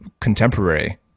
contemporary